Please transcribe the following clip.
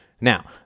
Now